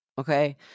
okay